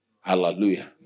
Hallelujah